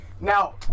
Now